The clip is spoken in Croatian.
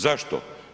Zašto?